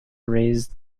raise